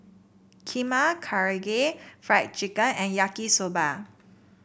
Kheema Karaage Fried Chicken and Yaki Soba